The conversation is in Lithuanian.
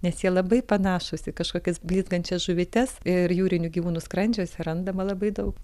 nes jie labai panašūs į kažkokias blizgančias žuvytes ir jūrinių gyvūnų skrandžiuose randama labai daug